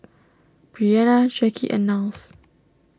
Bryana Jacque and Niles